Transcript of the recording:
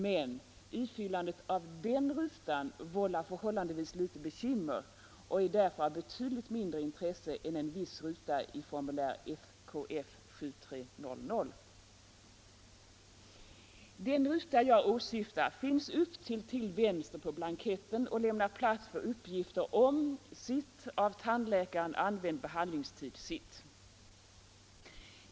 Men ifyllandet av den rutan vållar förhållandevis litet bekymmer och är därför av betydligt mindre intresse än en viss ruta i formulär FKF 7300. Den ruta jag åsyftar finns upptill till vänster på blanketten och lämnar plats för uppgifter om ”Av tandläkaren använd behandlingstid”.